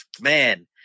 man